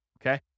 okay